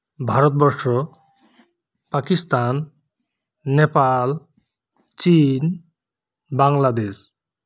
ᱵᱷᱟᱨᱚᱛ ᱵᱚᱨᱥᱚ ᱯᱟᱠᱤᱥᱛᱟᱱ ᱱᱮᱯᱟᱞ ᱪᱤᱱ ᱵᱟᱝᱞᱟᱫᱮᱹᱥ